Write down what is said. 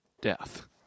death